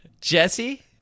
jesse